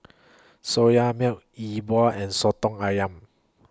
Soya Milk E Bua and Soto Ayam